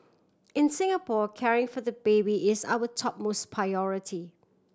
in Singapore caring for the baby is our topmost priority